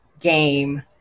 game